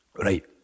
Right